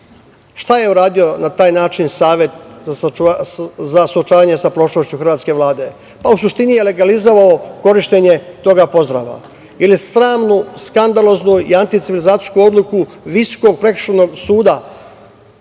je uradio na taj način Savet za suočavanje sa prošlošću hrvatske Vlade? Pa u suštini je legalizovao korišćenje toga pozdrava ili sramnu, skandaloznu i anticivilizacijsku odluku Visokog prekršajnog suda